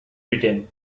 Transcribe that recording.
britain